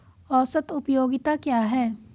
औसत उपयोगिता क्या है?